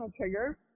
trigger